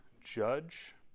judge